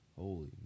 holy